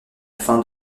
fin